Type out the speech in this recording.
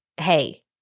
hey